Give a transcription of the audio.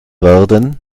werden